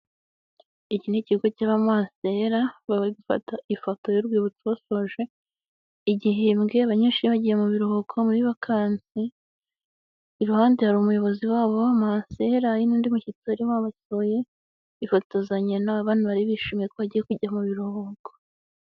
Iki ni ikigo cy'abamansera, bakaba barimo fata ifoto y'urwibutso basoje igihembwe, abanyeshuri bagiye mu biruhuko muri vakanse. Iruhande hari umuyobozi wabo, mansera, hari n'undi mushyitsi wari wabasuye, yifotozanya n'abana bari bishimiye ko agiye kujya mu biruhuko.